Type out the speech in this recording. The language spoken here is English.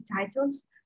titles